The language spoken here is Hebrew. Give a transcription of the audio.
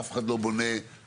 אף אחד לא בונה בחינם.